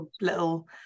little